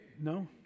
No